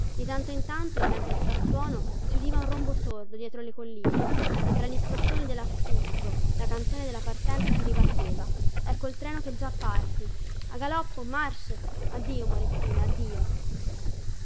di tanto in tanto in mezzo al frastuono si udiva un rombo sordo dietro le colline e fra gli scossoni dellaffusto la canzone della partenza che ribatteva ecco il trenno che già parti a galoppo marche addio morettina addio